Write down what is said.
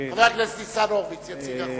חבר הכנסת ניצן הורוביץ יציג את החוק.